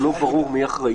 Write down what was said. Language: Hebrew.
לא ברור מי אחראי.